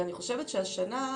אני חושבת שהשנה,